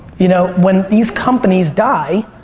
you know when these companies die,